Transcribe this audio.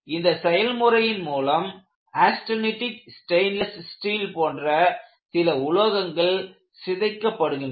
இந்த செயல்முறையின் மூலம் ஆஸ்டெனிடிக் ஸ்டெயின்லெஸ் ஸ்டீல் போன்ற சில உலோகங்கள் சிதைக்கப்படுகின்றன